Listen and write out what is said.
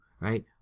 right